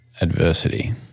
adversity